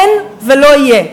אין ולא יהיה.